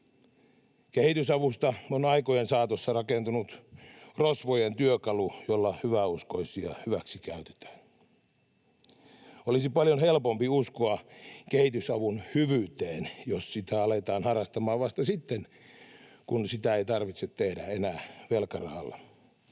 Kehitysavusta on aikojen saatossa rakentunut rosvojen työkalu, jolla hyväuskoisia hyväksikäytetään. Olisi paljon helpompi uskoa kehitysavun hyvyyteen, jos sitä aletaan harrastamaan vasta sitten, kun sitä ei enää tarvitse tehdä velkarahalla.